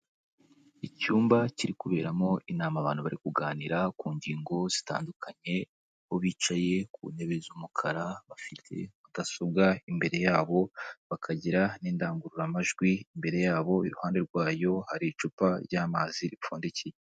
Icyumba kiri kuberamo inama abantu bari kuganira ku ngingo zitandukanye, bo bicaye ku ntebe z'umukara, bafite mudasobwa imbere yabo, bakagira n'indangururamajwi imbere yabo iruhande rwayo hari icupa ry'amazi ripfundikiye.